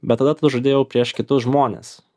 bet tada tu žaidi jau prieš kitus žmones